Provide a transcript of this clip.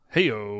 Heyo